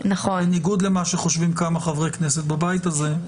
בניגוד למה שחושבים כמה חברי כנסת בבית הזה.